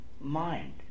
Mind